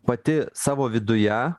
pati savo viduje